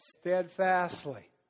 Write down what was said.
Steadfastly